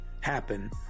happen